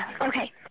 Okay